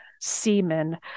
semen